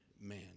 man